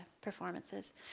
performances